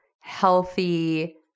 healthy